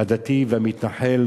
הדתי והמתנחל.